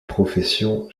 profession